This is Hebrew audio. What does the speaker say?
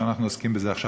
שאנחנו עוסקים בזה עכשיו.